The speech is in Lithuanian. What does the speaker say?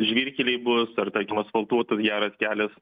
žvyrkeliai bus ar tarkim asfaltuotas geras kelias